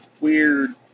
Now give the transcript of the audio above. weird